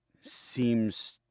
seems